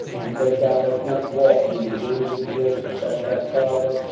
because thou hast not walked in the ways of jehoshaphat thy father,